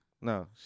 No